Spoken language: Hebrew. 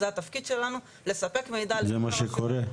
זה התפקיד שלנו, לספק מידע, זה מה שקורה.